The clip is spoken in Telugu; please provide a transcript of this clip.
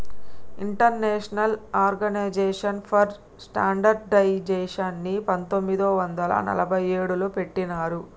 ఇంటర్నేషనల్ ఆర్గనైజేషన్ ఫర్ స్టాండర్డయిజేషన్ని పంతొమ్మిది వందల నలభై ఏడులో పెట్టినరు